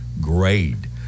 grade